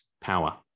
power